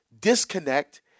disconnect